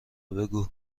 بگو